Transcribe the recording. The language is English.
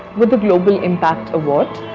with the global impact award,